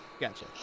Gotcha